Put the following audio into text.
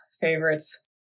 favorites